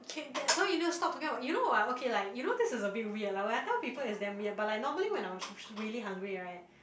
okay that's why you need to stop talking about you know ah okay like you know this is a bit weird lah when I tell people it's damn weird but like normally when I'm was really hungry right